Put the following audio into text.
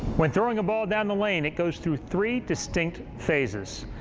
when throwing a ball down the lane it goes through three distinct phases.